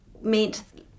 meant